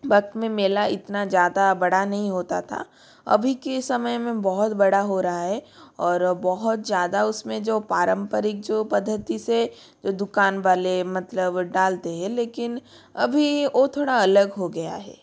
वक़्त में मेला इतना ज़्यादा बड़ा नहीं होता था अभी के समय में बहुत बड़ा हो रहा है और बहुत ज़्यादा उस में जो पारम्परिक जो पद्धति से जो दुकान वाले मतलब डालते है लेकिन अभी वो थोड़ा अलग हो गया है